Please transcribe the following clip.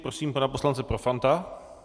Prosím pana poslance Profanta.